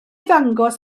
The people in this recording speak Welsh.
ddangos